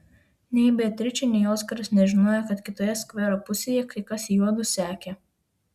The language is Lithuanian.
nei beatričė nei oskaras nežinojo kad kitoje skvero pusėje kai kas juodu sekė